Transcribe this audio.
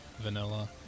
vanilla